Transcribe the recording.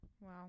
wow